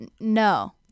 No